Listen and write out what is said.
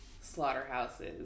slaughterhouses